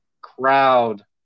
crowd